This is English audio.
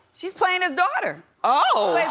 she's playing his daughter. oh.